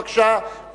בבקשה,